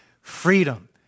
Freedom